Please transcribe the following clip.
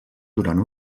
durant